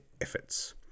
efforts